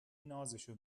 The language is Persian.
نازشو